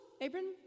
Abram